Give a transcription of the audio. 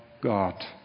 God